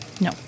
no